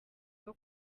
bwo